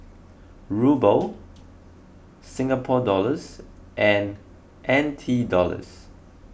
Ruble Singapore Dollars and N T Dollars